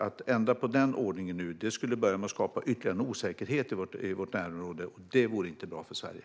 Att ändra på den ordningen nu skulle skapa ytterligare en osäkerhet i vårt närområde. Det vore inte bra för Sverige.